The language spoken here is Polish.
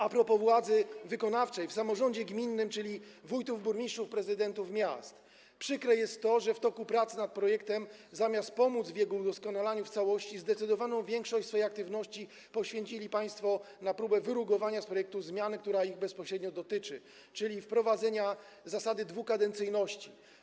A propos władzy wykonawczej w samorządzie gminnym, czyli wójtów, burmistrzów czy prezydentów miast, przykre jest to, że w toku prac nad projektem, zamiast pomóc w jego doskonaleniu, w całości zdecydowaną większość swojej aktywności poświęcili państwo na próbę wyrugowania z projektu zmiany, która bezpośrednio ich dotyczy, czyli wprowadzenia zasady dwukadencyjności.